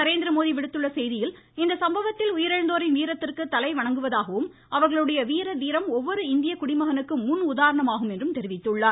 நரேந்திரமோடி விடுத்துள்ள செய்தியில் இச்சம்பவத்தில் உயிரிழந்தோரின் வீரத்திற்கு தலை வணங்குவதாகவும் அவர்களுடைய வீர தீரம் ஒவ்வொரு இந்திய குடிமகனுக்கும் முன்உதாரணமாகும் என்றார்